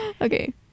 okay